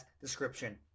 description